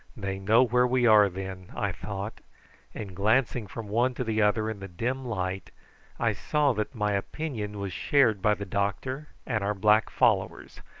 they know where we are then, i thought and glancing from one to the other in the dim light i saw that my opinion was shared by the doctor and our black followers,